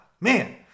man